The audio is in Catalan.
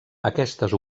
aquestes